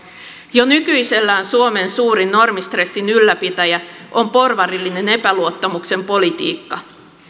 jo nykyisellään suomen suurin normistressin ylläpitäjä on porvarillinen epäluottamuksen politiikka